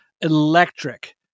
electric